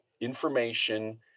information